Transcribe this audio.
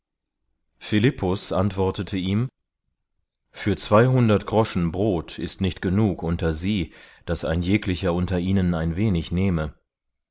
philippus antwortete ihm für zweihundert groschen brot ist nicht genug unter sie daß ein jeglicher unter ihnen ein wenig nehme